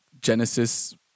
Genesis